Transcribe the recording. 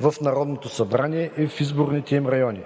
в Народното събрание и изборните им райони.